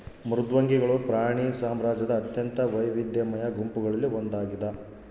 ಮೃದ್ವಂಗಿಗಳು ಪ್ರಾಣಿ ಸಾಮ್ರಾಜ್ಯದ ಅತ್ಯಂತ ವೈವಿಧ್ಯಮಯ ಗುಂಪುಗಳಲ್ಲಿ ಒಂದಾಗಿದ